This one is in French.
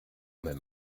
même